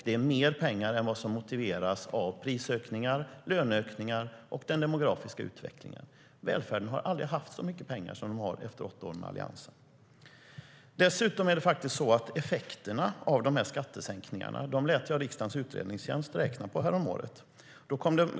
Det är mer pengar än vad som motiveras av prisökningar, löneökningar och den demografiska utvecklingen. Välfärden har aldrig haft så mycket pengar som den har efter åtta år med Alliansen.Dessutom lät jag häromåret riksdagens utredningstjänst räkna på effekterna av skattesänkningarna.